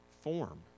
form